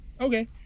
okay